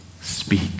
Speak